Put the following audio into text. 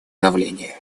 давление